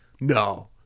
no